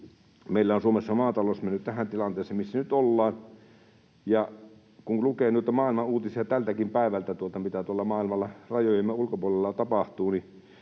meillä on Suomessa maatalous mennyt tähän tilanteeseen, missä nyt ollaan. Kun lukee noita maailman uutisia tältäkin päivältä siitä, mitä tuolla maailmalla rajojemme ulkopuolella tapahtuu,